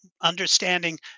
understanding